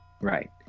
Right